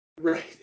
Right